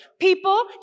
People